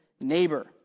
neighbor